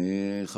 בבקשה.